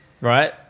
right